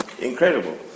incredible